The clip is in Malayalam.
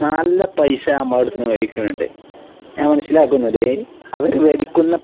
നല്ല പൈസ നമ്മളുടെ അടുത്തു നിന്ന് മേടിക്കുന്നുണ്ട് ഞാൻ മനസ്സിലാക്കുന്നത് അവർ മേടിക്കുന്ന